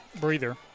breather